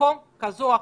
במקום סגור כזה או אחר,